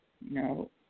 No